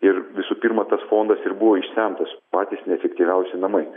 ir visų pirma tas fondas ir buvo išsemtas patys neefektyviausi namai